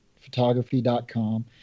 photography.com